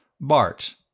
Bart